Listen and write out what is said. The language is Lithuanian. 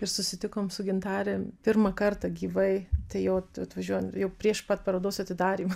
ir susitikom su gintare pirmą kartą gyvai tai jau atvažiuojan jau prieš pat parodos atidarymą